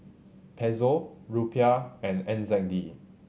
Peso Rupiah and N Z D